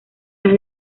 las